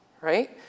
right